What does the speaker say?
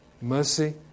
Mercy